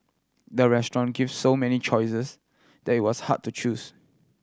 the restaurant give so many choices that it was hard to choose